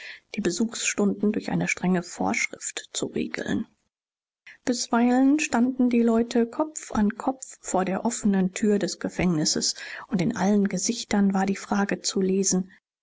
die besuchsstunden durch eine strenge vorschrift zu regeln bisweilen standen die leute kopf an kopf vor der offenen tür des gefängnisses und in allen gesichtern war die frage zu lesen